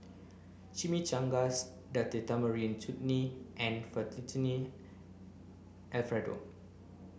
Chimichangas Date Tamarind Chutney and Fettuccine Alfredo